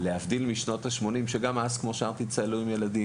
וזה להבדיל משנות ה-80 שגם אז צללו עם ילדים,